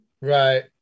Right